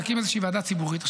להקים איזושהי ועדה ציבורית.